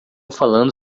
falando